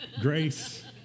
grace